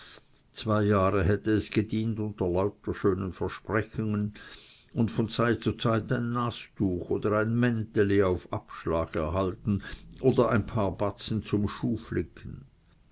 zwei jahre hätte es gedient unter lauter schönen versprechungen und von zeit zu zeit ein nastuch oder ein mänteli auf abschlag erhalten oder ein paar batzen zum